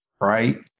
right